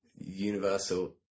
Universal